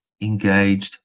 engaged